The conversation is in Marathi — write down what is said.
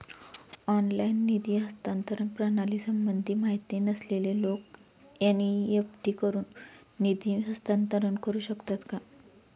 ऑनलाइन निधी हस्तांतरण प्रणालीसंबंधी माहिती नसलेले लोक एन.इ.एफ.टी वरून निधी हस्तांतरण करू शकतात का?